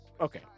Okay